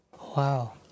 Wow